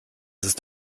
ist